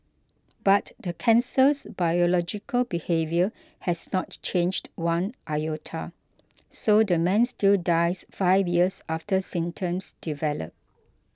but the cancer's biological behaviour has not changed one iota so the man still dies five years after symptoms develop